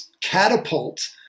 catapult